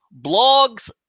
blogs